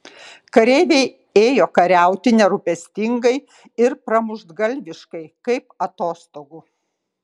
kareiviai ėjo kariauti nerūpestingai ir pramuštgalviškai kaip atostogų